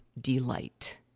delight